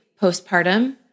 postpartum